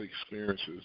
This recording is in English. experiences